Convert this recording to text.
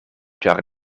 ĉar